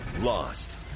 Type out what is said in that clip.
lost